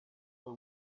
for